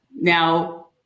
Now